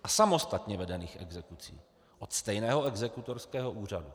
A samostatně vedených exekucí od stejného exekutorského úřadu.